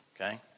okay